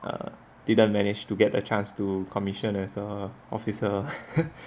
err didn't manage to get a chance to commission as a officer